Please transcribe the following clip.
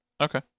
Okay